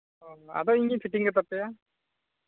ᱚ ᱟᱫᱚ ᱤᱧᱜᱤᱧ ᱯᱷᱤᱴᱤᱝ ᱠᱟᱛᱟ ᱯᱮᱭᱟ